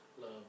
love